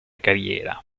carriera